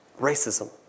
racism